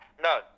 No